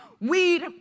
weed